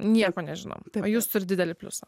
nieko nežinom o jus turit didelį pliusą